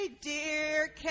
dear